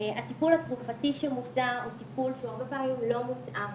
הטיפול התרופתי שמוצע הוא טיפול שהרבה פעמים לא מותאם